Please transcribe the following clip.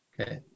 Okay